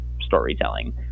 storytelling